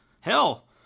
Hell